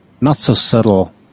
not-so-subtle